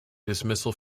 dismissal